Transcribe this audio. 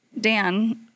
Dan